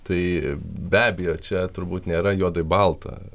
tai be abejo čia turbūt nėra juodai balta